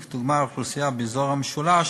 וכדוגמה: האוכלוסייה באזור המשולש